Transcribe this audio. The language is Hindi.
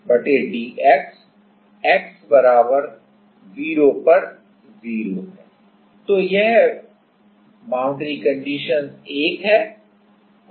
तो यह बाउंड्री कंडीशन 1 है और यह है और यह बाउंड्री कंडीशन 2 है